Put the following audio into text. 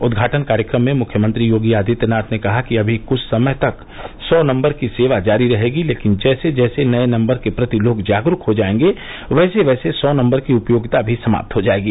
उद्घाटन कार्यक्रम में मुख्यमंत्री योगी आदित्यनाथ ने कहा कि अभी कुछ समय तक सौ नम्बर की सेवा जारी रहेगी लेकिन जैसे जैसे नए नम्बर के प्रति लोग जागरूक हो जायेगे वैसे वैसे सौ नम्बर की उपयोगिता भी समाप्त हो जायेगी